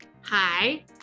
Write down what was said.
Hi